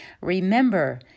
Remember